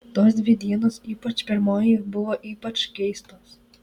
tos dvi dienos ypač pirmoji buvo ypač keistos